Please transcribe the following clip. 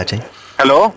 Hello